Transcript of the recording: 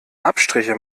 abstriche